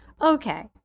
Okay